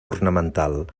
ornamental